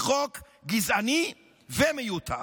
זה חוק גזעני ומיותר.